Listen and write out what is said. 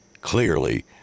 clearly